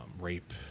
rape